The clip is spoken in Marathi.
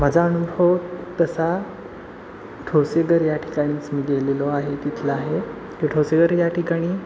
माझा अनुभव तसा ठोसेघर या ठिकाणीच मी गेलेलो आहे तिथला आहे तो ठोसेघर या ठिकाणी